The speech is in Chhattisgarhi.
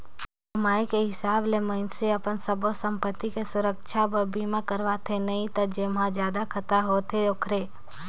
कमाई के हिसाब ले मइनसे अपन सब्बो संपति के सुरक्छा बर बीमा करवाथें नई त जेम्हे जादा खतरा होथे ओखरे